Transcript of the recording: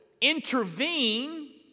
intervene